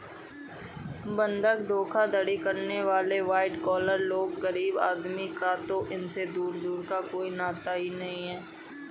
बंधक धोखाधड़ी करने वाले वाइट कॉलर लोग हैं गरीब आदमी का तो इनसे दूर दूर का कोई नाता नहीं है